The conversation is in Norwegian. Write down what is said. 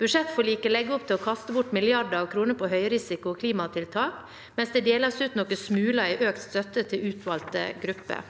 Budsjettforliket legger opp til å kaste bort milliarder av kroner på klimatiltak med høy risiko, mens det deles ut noen smuler i økt støtte til utvalgte grupper.